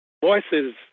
Voices